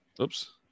Oops